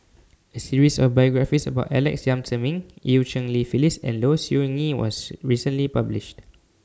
A series of biographies about Alex Yam Ziming EU Cheng Li Phyllis and Low Siew Nghee was recently published